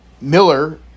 Miller